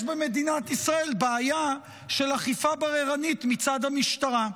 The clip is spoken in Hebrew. במדינת ישראל בעיה של אכיפה בררנית מצד המשטרה.